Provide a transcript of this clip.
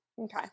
Okay